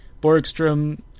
Borgstrom